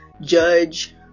judge